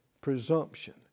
Presumption